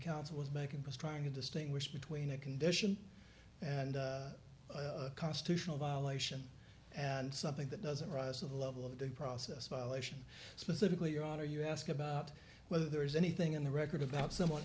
council was making just trying to distinguish between a condition and constitutional violation and something that doesn't rise to the level of due process violation specifically your honor you ask about whether there is anything in the record about someone